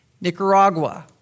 Nicaragua